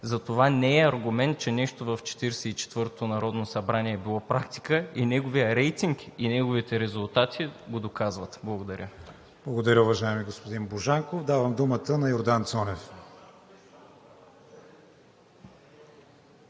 Затова не е аргумент, че нещо в 44-тото народно събрание е било практика, и неговият рейтинг, и неговите резултати го доказват. Благодаря. ПРЕДСЕДАТЕЛ КРИСТИАН ВИГЕНИН: Благодаря, уважаеми господин Божанков. Давам думата на Йордан Цонев.